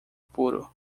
puro